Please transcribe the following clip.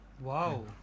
Wow